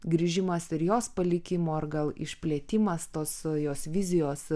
grįžimas ir jos palikimo ar gal išplėtimas tos jos vizijos